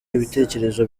ibitekerezo